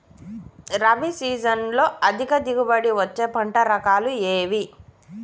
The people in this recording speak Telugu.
రబీ సీజన్లో అధిక దిగుబడి వచ్చే పంటల రకాలు ఏవి?